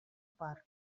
бар